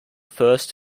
first